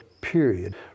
period